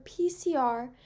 PCR